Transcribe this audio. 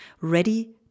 ready